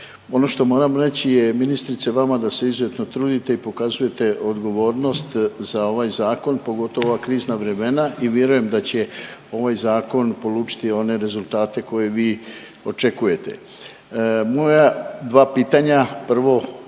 Ono što moram reći je ministrice vama da se izuzetno trudite i pokazujete odgovornost za ovaj zakon, pogotovo u ova krizna vremena i vjerujem da će ovaj zakon polučiti one rezultate koje vi očekujete. Moja dva pitanja, prvo